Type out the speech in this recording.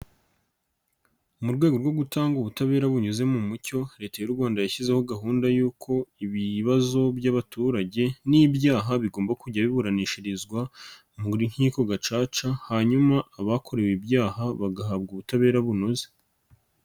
Mu rwego rwo gutanga ubutabera bunyuze mu mucyo, Leta y'u Rwanda yashyizeho gahunda y'uko ibibazo by'abaturage n'ibyaha bigomba kujya biburanishirizwa mu nkiko gacaca hanyuma abakorewe ibyaha bagahabwa ubutabera bunoze.